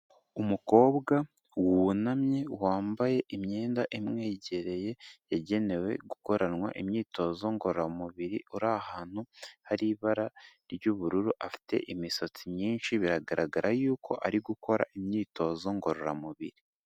Umukobwa wunamye wambaye imyenda imwegereye yagenewe gukoranwa imyitozo ngororamubiri, uri ahantu hari ibara ry'ubururu, afite imisatsi myinshi biragaragara yuko ari gukora imyitozo ngororamubiri.